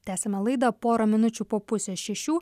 tęsiame laidą pora minučių po pusės šešių